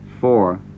four